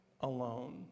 alone